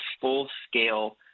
full-scale